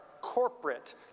corporate